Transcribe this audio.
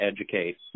educate